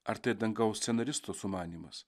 ar tai dangaus scenaristo sumanymas